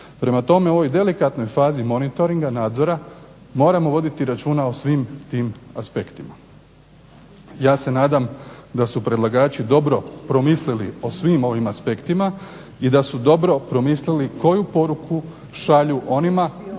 Prema tome u ovoj delikatnoj fazi monitoringa, nadzora, moramo voditi računa o svim tim aspektima. Ja se nadam da su predlagači dobro promislili o svim ovim aspektima i da su dobro promislili koju poruku šalju onima